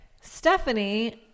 Stephanie